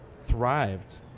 thrived